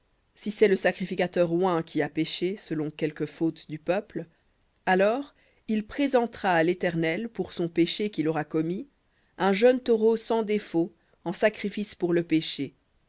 si c'est le sacrificateur oint qui a péché selon quelque faute du peuple alors il présentera à l'éternel pour son péché qu'il aura commis un jeune taureau sans défaut en sacrifice pour le péché